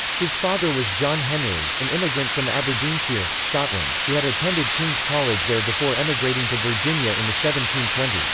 his father was john henry, an immigrant from aberdeenshire, scotland, who had attended king's college there before emigrating to virginia in the seventeen twenty s.